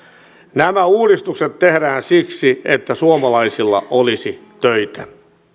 nämä uudistukset tehdään siksi että suomalaisilla olisi töitä